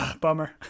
Bummer